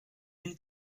mille